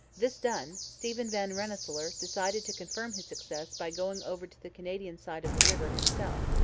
this done, stephen van rensselaer decided to confirm his success by going over to the canadian side of the river himself.